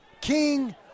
King